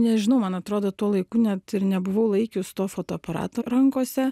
nežinau man atrodo tuo laiku net ir nebuvau laikius to fotoaparato rankose